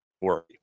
worry